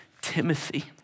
Timothy